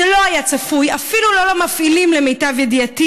זה לא היה צפוי, אפילו לא למפעילים, למיטב ידיעתי.